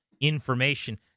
information